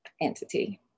entity